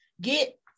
get